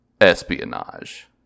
Espionage